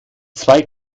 zwei